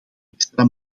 extra